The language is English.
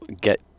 get